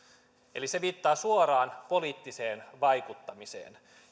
se viittaa suoraan poliittiseen vaikuttamiseen